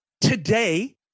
Today